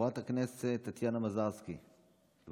חברת הכנסת טטיאנה מזרסקי, בבקשה.